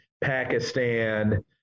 Pakistan